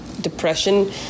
depression